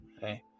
hey